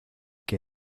que